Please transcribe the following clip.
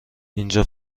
اینجا